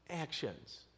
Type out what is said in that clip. actions